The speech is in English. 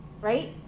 right